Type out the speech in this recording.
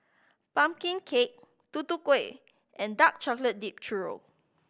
pumpkin cake Tutu Kueh and dark chocolate dipped churro